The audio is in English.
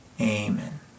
Amen